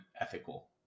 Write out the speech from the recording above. ethical